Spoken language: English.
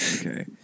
Okay